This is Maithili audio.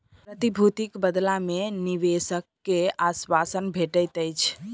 प्रतिभूतिक बदला मे निवेशक के आश्वासन भेटैत अछि